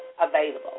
available